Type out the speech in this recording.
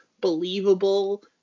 believable